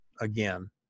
again